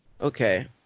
okay